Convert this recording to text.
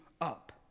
up